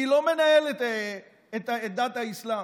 אני לא מנהל את דת האסלאם.